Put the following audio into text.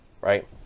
right